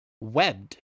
Webbed